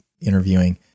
interviewing